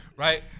Right